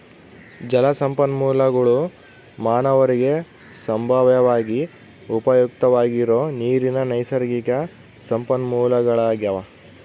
ಜಲಸಂಪನ್ಮೂಲಗುಳು ಮಾನವರಿಗೆ ಸಂಭಾವ್ಯವಾಗಿ ಉಪಯುಕ್ತವಾಗಿರೋ ನೀರಿನ ನೈಸರ್ಗಿಕ ಸಂಪನ್ಮೂಲಗಳಾಗ್ಯವ